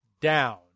down